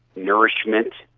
nourishment,